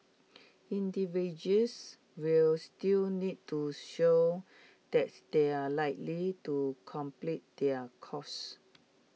individuals will still need to show that they are likely to complete their courses